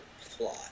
plot